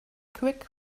quick